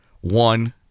one